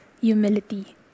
humility